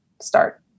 start